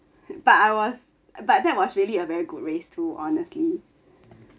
but I was but that was really a very good race too honestly